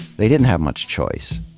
they didn't have much choice.